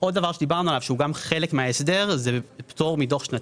עוד דבר שדיברנו עליו שהוא גם חלק מההסדר זה פטור מדוח שנתי.